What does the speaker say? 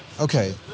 okay